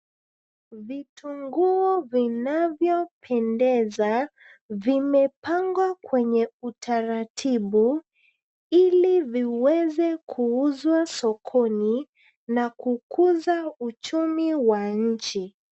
Vitunguu vinavyopendeza vimepangwa kwenye utaratibu ili viweze kuuzwa sokoni na kukuza uchumi wa nchi.